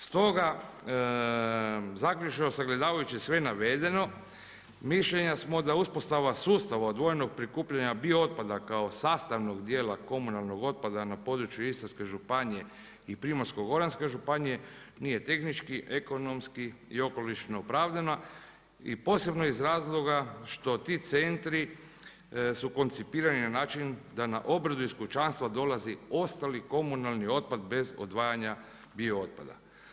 Stoga, zaključno, sagledavajući sve navedeno, mišljena smo da uspostava sustava odvojenog prikupljanja bio otpada kao sastavnog dijela komunalnog otpada na području Istarske županije i Primorsko-goranske županije, nije tehnički, ekonomski i okolišno opravdana i posebno iz razloga što ti centri su koncipirani na način da na obradu iz kućanstva dolazi ostali komunalni otpad bez odvajanja bio otpada.